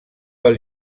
del